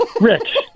Rich